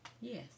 Yes